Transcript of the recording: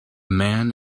man